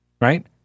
right